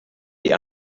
die